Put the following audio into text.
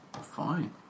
Fine